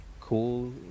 cool